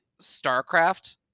starcraft